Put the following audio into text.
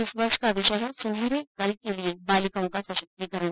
इस वर्ष का विषय है सुनहरे कल के लिए बालिकाओं का सशक्तीकरण